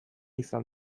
izan